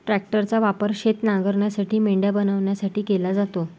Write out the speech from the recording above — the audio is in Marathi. ट्रॅक्टरचा वापर शेत नांगरण्यासाठी, मेंढ्या बनवण्यासाठी केला जातो